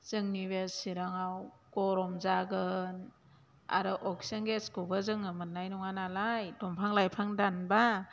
जोंनि बे चिराङाव गरम जागोन आरो अक्सिजेन गेसखौबो जोङो मोननाय नङा नालाय दंफां लाइफां दानब्ला